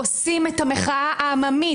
עושים את המחאה העממית,